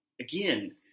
again